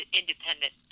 independent